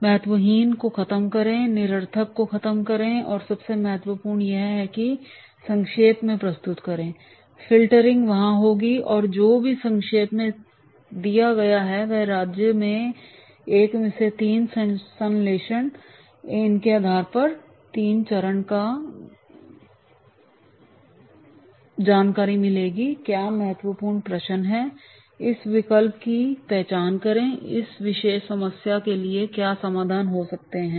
महत्वहीन को खत्म करें निरर्थक को खत्म करें और सबसे महत्वपूर्ण यह है कि संक्षेप में प्रस्तुत करना है फ़िल्टरिंग वहां होगी और जो कुछ भी संक्षेप में दिया गया है वे राज्य एक से तीन तक संश्लेषण करेंगे इन के आधार पर तीन चरण है क्या महत्वपूर्ण प्रश्न हैं इस विकल्प की पहचान करें कि इस विशेष समस्या के लिए क्या समाधान हो सकते हैं